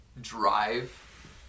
drive